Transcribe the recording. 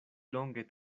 longe